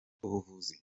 ubuvuzi